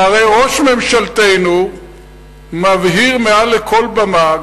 שהרי ראש ממשלתנו מבהיר מעל לכל במה,